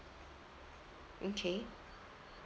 okay